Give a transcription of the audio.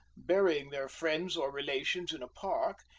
burying their friends or relations in a park,